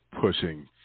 pushing